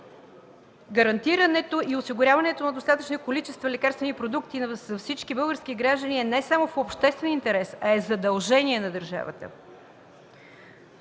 Гарантирането и осигуряване на достатъчни количества лекарствени продукти за всички български граждани е не само в обществен интерес, а е задължение на държавата.